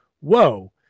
whoa